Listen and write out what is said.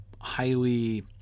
highly